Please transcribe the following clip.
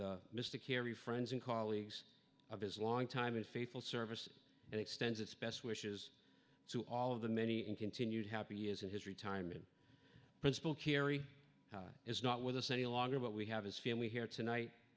mr kerry friends and colleagues of his long time and faithful service and extends its best wishes to all of the many and continued happy years in history time in principle kerry is not with us any longer but we have his family here tonight